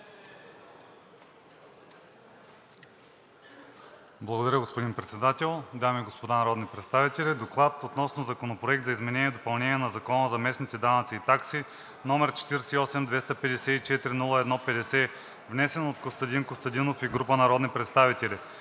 Благодаря, господни Председател. Дами и господа народни представители! „ДОКЛАД относно Законопроект за изменение и допълнение на Закона за местните данъци и такси, № 48-254-01-50, внесен от Костадин Костадинов и група народни представители